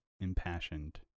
impassioned